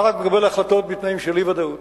אתה רק מקבל החלטות בתנאים של אי-ודאות,